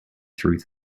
through